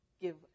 give